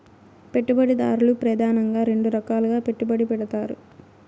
పెట్టుబడిదారులు ప్రెదానంగా రెండు రకాలుగా పెట్టుబడి పెడతారు